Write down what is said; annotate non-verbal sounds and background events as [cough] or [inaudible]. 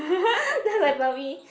[laughs] ya like mummy